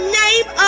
name